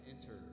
enter